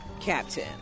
captain